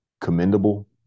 commendable